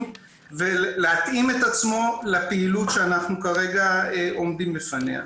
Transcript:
ולהתאים את עצמו לפעילות שאנחנו כרגע עומדים בפניה.